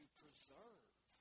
preserve